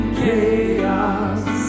chaos